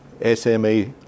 SME